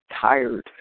tired